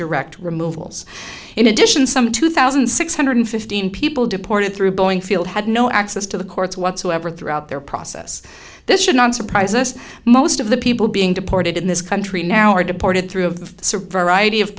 direct removals in addition some two thousand six hundred fifteen people deported through boeing field had no access to the courts whatsoever throughout their process this should not surprise us most of the people being deported in this country now are deported through